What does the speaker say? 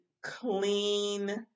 clean